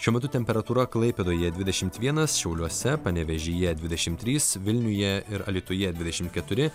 šiuo metu temperatūra klaipėdoje dvidešimt vienas šiauliuose panevėžyje dvidešimt trys vilniuje ir alytuje dvidešimt keturi